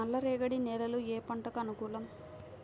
నల్లరేగడి నేలలు ఏ పంటలకు అనుకూలం?